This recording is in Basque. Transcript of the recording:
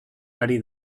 ari